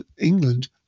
England